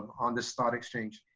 on this thought exchange.